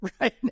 right